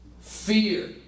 Fear